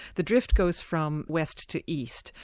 the drift goes from west to east,